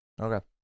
Okay